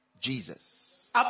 Jesus